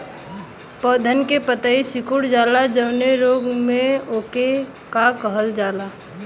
पौधन के पतयी सीकुड़ जाला जवने रोग में वोके का कहल जाला?